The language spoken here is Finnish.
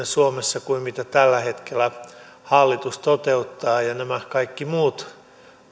suomessa kuin mitä tällä hetkellä hallitus toteuttaa ja nämä kaikki muut